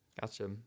gotcha